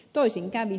toisin kävi